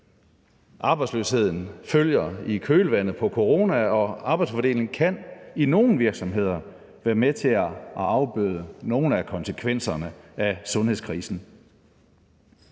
Arbejdsløsheden følger i kølvandet på corona, og arbejdsfordeling kan i nogle virksomheder være med til at afbøde nogle af konsekvenserne af sundhedskrisen.